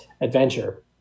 adventure